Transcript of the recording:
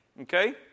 Okay